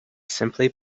simply